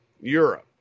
Europe